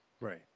Right